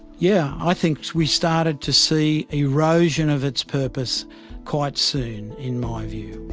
yeah, i think we started to see erosion of its purpose quite soon in my view.